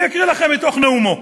אני אקריא לכם מתוך נאומו.